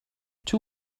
two